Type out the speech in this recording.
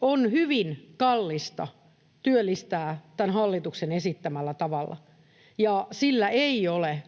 On hyvin kallista työllistää hallituksen esittämällä tavalla, ja siinä ei ole